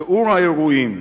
תיאור האירועים